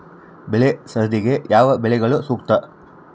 ಬೆಳೆ ಸರದಿಗೆ ಯಾವ ಬೆಳೆಗಳು ಸೂಕ್ತ?